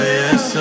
yes